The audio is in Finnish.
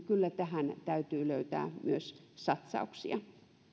kyllä tähän täytyy löytää myös satsauksia